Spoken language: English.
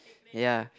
ya